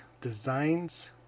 designs